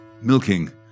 milking